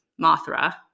Mothra